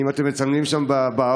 אם אתם מצלמים שם בערוץ.